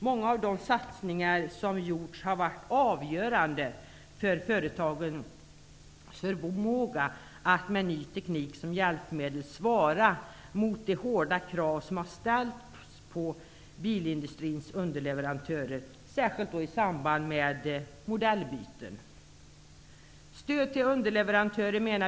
Många av de satsningar som gjorts har varit avgörande för företagens förmåga att med ny teknik som hjälpmedel svara mot de hårda krav som har ställts på bilindustrins underleverantörer, särskilt i samband med modellbyten.